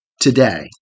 today